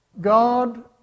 God